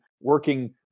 working